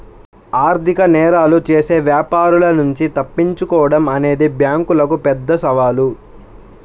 ఆర్థిక నేరాలు చేసే వ్యాపారుల నుంచి తప్పించుకోడం అనేది బ్యేంకులకు పెద్ద సవాలు